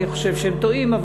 אני חושב שהם טועים,